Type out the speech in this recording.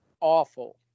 awful